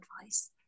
advice